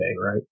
Right